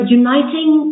uniting